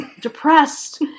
depressed